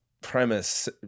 premise